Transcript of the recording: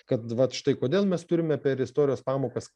kad vat štai kodėl mes turime per istorijos pamokas